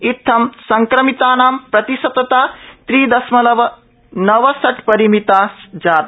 इत्थं संक्रमितानाम् प्रतिशतता त्रि दशमलव नव षट् रिमिताः जाता